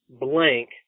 blank